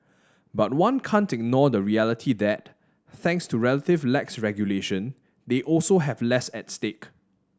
but one can't ignore the reality that thanks to relative lax regulation they also have less at stake